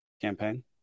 campaign